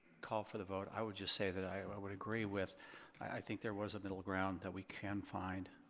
call for the vote. i would just say that i ah i would agree with i think there was a middle ground that we can find.